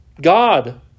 God